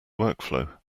workflow